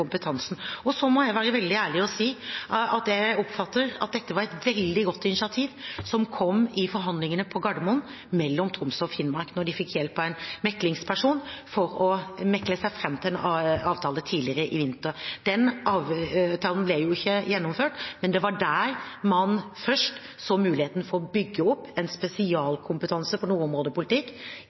med dette. Så hørte sikkert representanten at jeg snakket om de fylkeskommunene, altså Nordland, Troms og Finnmark, som nå blir to, og som begge skal bidra til å bygge opp denne kompetansen. Jeg må være veldig ærlig og si at jeg oppfatter at det var et veldig godt initiativ som kom i forhandlingene mellom Troms og Finnmark på Gardermoen, da de fikk hjelp av en meklingsperson for å mekle seg fram til en avtale tidligere, i vinter. Den avtalen ble jo ikke gjennomført,